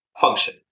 function